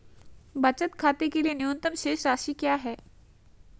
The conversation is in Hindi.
बचत खाते के लिए न्यूनतम शेष राशि क्या है?